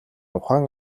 ухаан